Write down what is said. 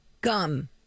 Gum